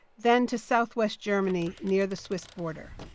then to southwest germany near the swiss border.